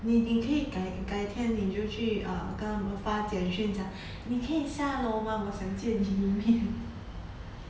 你你可以改改天你就去 um 跟他们发简讯讲你可以下楼吗我想见你一面